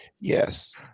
Yes